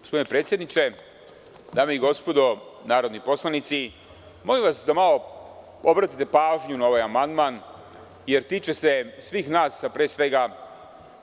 Gospodine predsedniče, dame i gospodo narodni poslanici, molim vas da malo obratite pažnju na ovaj amandman, jer se tiče svih nas, a pre svega